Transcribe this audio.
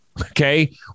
Okay